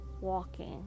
walking